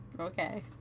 Okay